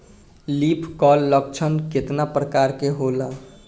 Leaf curl लक्षण केतना परकार के होला?